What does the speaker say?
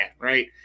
right